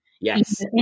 Yes